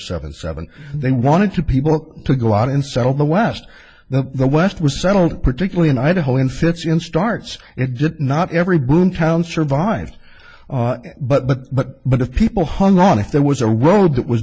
seven seven they wanted to people to go out and sell the west the the west was settled particularly in idaho in fits and starts it did not every boom town survives but but but but if people hung on if there was a road that was